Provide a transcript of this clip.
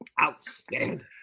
Outstanding